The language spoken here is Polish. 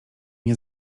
nie